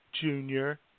Junior